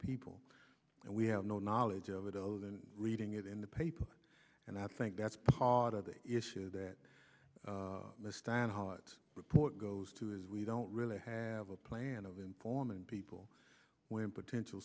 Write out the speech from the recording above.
people and we have no knowledge of it other than reading it in the paper and i think that's part of the issue that stan hart report goes to is we don't really have a plan of informing people when potential